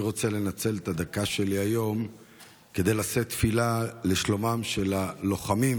אני רוצה לנצל את הדקות שלי היום כדי לשאת תפילה לשלומם של הלוחמים